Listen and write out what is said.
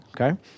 Okay